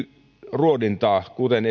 ruodintaa kuten